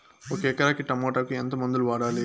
ఒక ఎకరాకి టమోటా కు ఎంత మందులు వాడాలి?